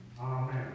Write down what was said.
Amen